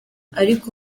ariko